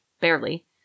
Barely